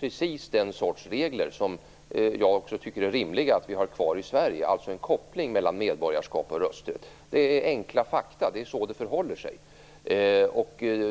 Precis den sorts regler som jag också tycker att det är rimligt att vi har kvar i Sverige, alltså en koppling mellan medborgarskap och rösträtt, finns i alla länder som jag har hört talas om. Det är enkla fakta. Det är så det förhåller sig.